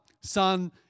Son